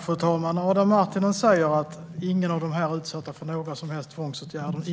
Fru talman! Adam Marttinen säger att ingen av de här personerna är utsatta för några som helst tvångsåtgärder och att